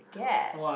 gap